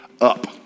up